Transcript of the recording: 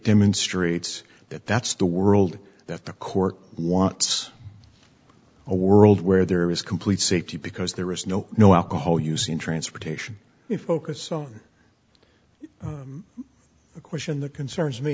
demonstrates that that's the world that the court wants a world where there is complete safety because there is no no alcohol use in transportation in focus on a question that concerns me